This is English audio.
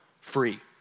free